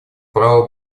право